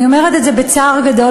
אני אומרת את זה בצער גדול.